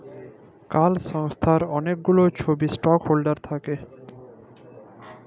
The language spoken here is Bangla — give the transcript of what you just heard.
কল সংস্থার অলেক গুলা ছব ইস্টক হল্ডার থ্যাকে